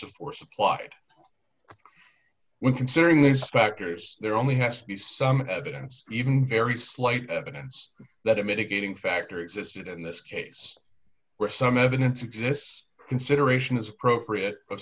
of force applied when considering these factors there are only has to be some evidence even very slight evidence that a mitigating factor existed in this case where some evidence exists consideration is appropriate of